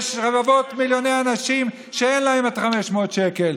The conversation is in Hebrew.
יש רבבות, מיליוני אנשים שאין להם את ה-500 שקל.